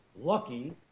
Lucky